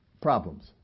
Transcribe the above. problems